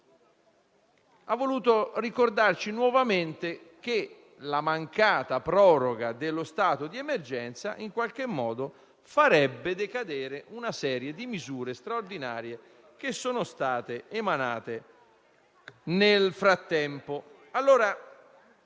Ha voluto, quindi, ricordarci nuovamente che la mancata proroga dello stato di emergenza farebbe decadere una serie di misure straordinarie che sono state emanate nel frattempo.